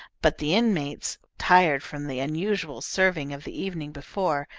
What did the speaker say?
but the inmates, tired from the unusual serving of the evening before,